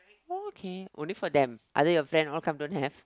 okay only for them other your friend all come don't have